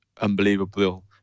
unbelievable